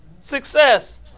success